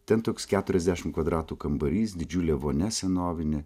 ten toks keturiasdešim kvadratų kambarys didžiulė vonia senovinė